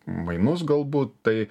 mainus galbūt tai